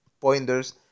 pointers